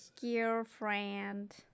girlfriend